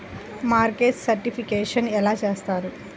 Market certification ఎలా చేస్తారు?